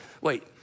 wait